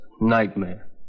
Nightmare